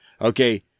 Okay